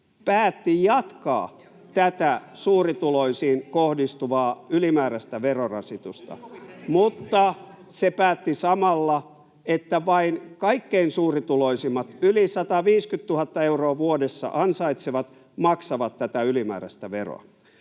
päätti jatkaa tätä suurituloisiin kohdistuvaa ylimääräistä verorasitusta, mutta se päätti samalla, että vain kaikkein suurituloisimmat, yli 150 000 euroa vuodessa ansaitsevat, maksavat tätä ylimääräistä veroa.